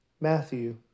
Matthew